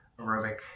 aerobic